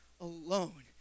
alone